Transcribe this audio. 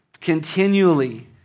continually